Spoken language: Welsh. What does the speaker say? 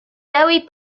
dewi